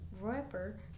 rapper